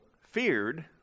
feared